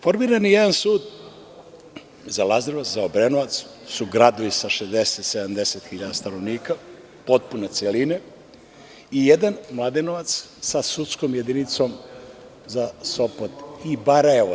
Formiran je jedan sud za Lazarevac, za Obrenovac, koji su gradovi sa 60.000, 70.000 stanovnika, potpune celine i jedan Mladenovac sa sudskom jedinicom za Sopot i Barajevo.